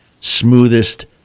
smoothest